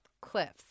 cliffs